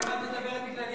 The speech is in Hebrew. אם את מדברת בגללי,